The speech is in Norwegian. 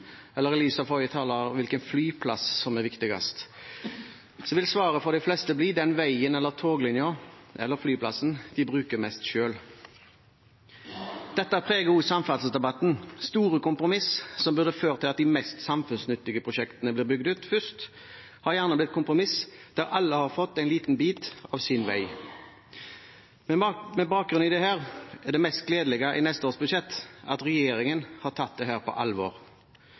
eller i lys av forrige taler, hvilken flyplass som er viktigst, vil svaret fra de fleste bli den veien eller toglinjen eller flyplassen de bruker mest selv. Dette preger også samferdselsdebatten. Store kompromiss som burde ført til at de mest samfunnsnyttige prosjektene blir bygd ut først, har gjerne blitt kompromiss der alle har fått en liten bit av sin vei. Med bakgrunn i dette er det mest gledelige i neste års budsjett at regjeringen har tatt dette på alvor.